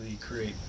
create